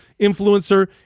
influencer